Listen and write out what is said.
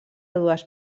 dues